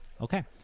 Okay